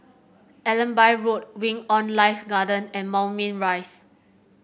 Allenby Road Wing On Life Garden and Moulmein Rise